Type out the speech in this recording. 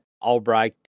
Albright